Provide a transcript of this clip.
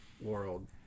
world